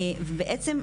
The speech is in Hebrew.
בעצם,